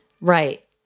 right